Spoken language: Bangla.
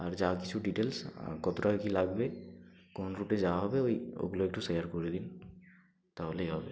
আর যা কিছু ডিটেলস কত টাকা কী লাগবে কোন রুটে যাওয়া হবে ওই ওগুলো একটু শেয়ার করে দিন তাহলেই হবে